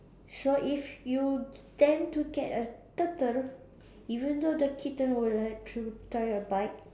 so if you tend to get a turtle even though the kitten will like to try a bite